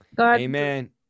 Amen